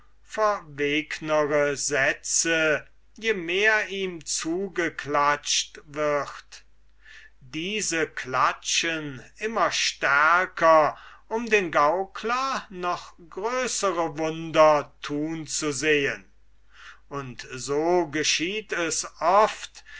verwegnere sätze je mehr ihm zugeklatscht wird diese klatschen immer stärker um den gelehrten gaukler noch größere wunder tun zu sehen und so geschieht es oft